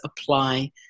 apply